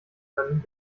können